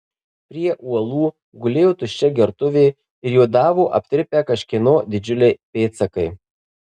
prie uolų gulėjo tuščia gertuvė ir juodavo aptirpę kažkieno didžiuliai pėdsakai